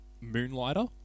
Moonlighter